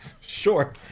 Sure